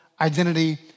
identity